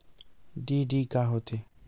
DD का होथे?